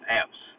apps